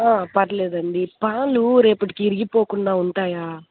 ఆ పర్లేదండి పాలు రేపటికి విరిగిపోకుండా ఉంటాయా